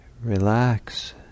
relax